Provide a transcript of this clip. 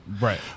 Right